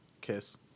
kiss